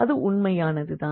அது உண்மைதான்